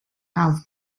auf